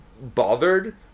bothered